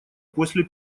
после